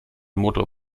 motor